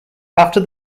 after